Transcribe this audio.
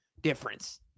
difference